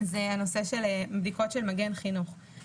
זה הנושא של בדיקות של מגן חינוך,